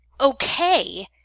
okay